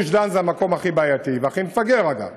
גוש-דן זה המקום הכי בעייתי והכי מפגר, אגב,